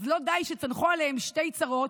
אז לא די שצנחו עליהם שתי צרות,